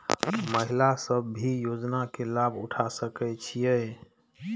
महिला सब भी योजना के लाभ उठा सके छिईय?